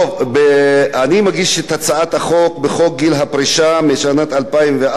בחוק גיל הפרישה משנת 2004 נקבע שגיל הפרישה לעובדים